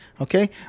Okay